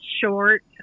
short